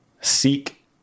Seek